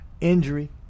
Injury